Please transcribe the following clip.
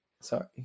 Sorry